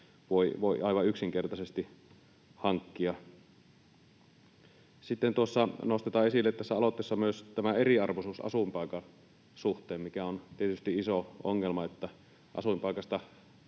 voi aivan yksinkertaisesti hankkia. Sitten tässä aloitteessa nostetaan esille myös eriarvoisuus asuinpaikan suhteen, mikä on tietysti iso ongelma, että asuinpaikasta